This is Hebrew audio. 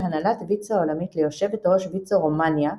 הנהלת ויצו העולמית ליושבת ראש ויצו רומניה,